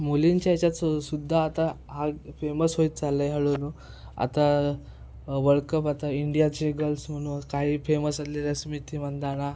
मुलींच्या याच्यात सु सुद्धा आता हा फेमस होत चाललं आहे हळूहळू आता वर्ल्डकप आता इंडियाचे गर्ल्स म्हणून काही फेमस त्यातले ते स्मृती मानधना